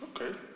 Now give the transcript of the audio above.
Okay